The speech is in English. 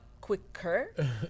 quicker